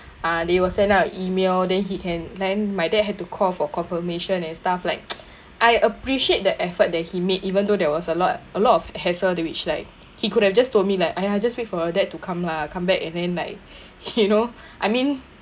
ah they will send out a email then he can then my dad had to call for confirmation and stuff like I appreciate the effort that he made even though there was a lot a lot of hassle that which like he could have just told me like !aiya! just wait for your dad to come lah come back and then like you know I mean